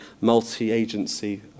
multi-agency